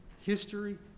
history